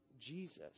Jesus